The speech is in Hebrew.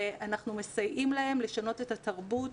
ואנחנו מסייעים להם לשנות את התרבות